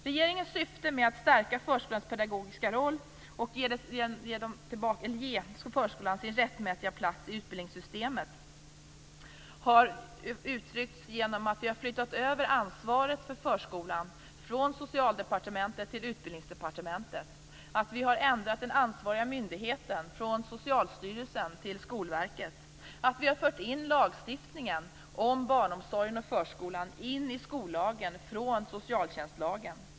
Regeringens syfte med att stärka förskolans pedagogiska roll och ge förskolan sin rättmätiga plats i utbildningssystemet har uttryckts genom att vi har flyttat över ansvaret för förskolan från Socialdepartementet till Utbildningsdepartementet, att vi har ändrat den ansvariga myndigheten från Socialstyrelsen till Skolverket, att vi har fört in lagstiftningen om barnomsorgen och förskolan i skollagen från socialtjänstlagen.